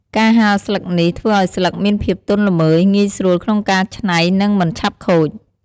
ការហាលស្លឹកនេះធ្វើឲ្យស្លឹកមានភាពទន់ល្មើយ ងាយស្រួលក្នុងការច្នៃ និងមិនឆាប់ខូច។